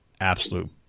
absolute